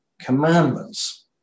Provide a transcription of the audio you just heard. Commandments